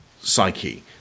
psyche